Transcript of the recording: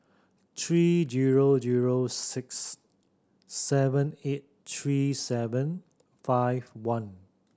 three zero zero six seven eight three seven five one